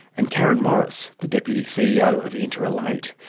and karen morris, the deputy ceo of interrelate.